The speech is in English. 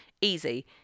Easy